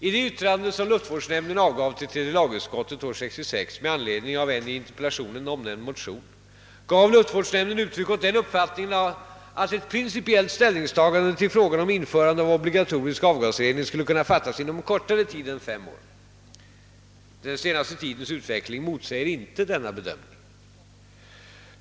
I det yttrande, som luftvårdsnämnden avgav till tredje lagutskottet år 1966 med anledning av en i interpellationen omnämnd motion, gav luftvårdsnämnden uttryck åt den uppfattningen att ett principiellt ställningstagande till frågan om införande av obligatorisk avgasrening skulle kunna fattas inom kortare tid än fem år. Den senaste tidens utveckling motsäger inte denna bedömning.